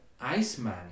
Iceman